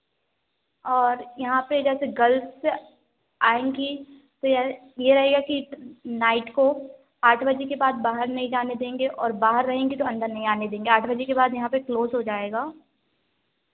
और यहाँ पे जैसे गर्ल्स आएँगी तो या ये रहेगा कि नाइट को आठ बजे के बाद बाहर नहीं जाने देंगे और बाहर रहेंगी तो अन्दर नहीं आने देंगे आठ बजे के बाद यहाँ पे क्लोज़ हो जाएगा